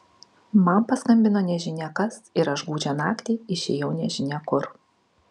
man paskambino nežinia kas ir aš gūdžią naktį išėjau nežinia kur